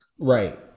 Right